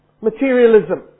Materialism